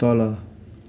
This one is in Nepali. तल